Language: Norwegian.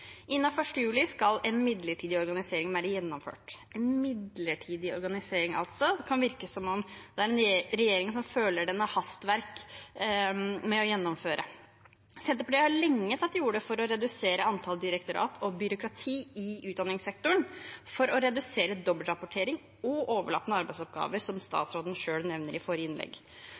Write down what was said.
juli skal en midlertidig organisering være gjennomført – en midlertidig organisering, altså. Det kan virke som om det er regjeringen som føler den har hastverk med å gjennomføre. Senterpartiet har lenge tatt til orde for å redusere antall direktorater og byråkratiet i utdanningssektoren for å redusere dobbeltrapportering og overlappende arbeidsoppgaver, som statsråden selv nevner i forrige innlegg.